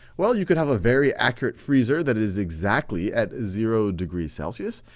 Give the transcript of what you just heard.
well, you could have a very accurate freezer that is exactly at zero degrees celsius,